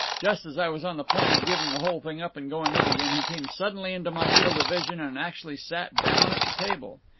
just as i was on the point of giving the whole thing up and going in again, he came suddenly into my field of vision, and actually sat down at the table.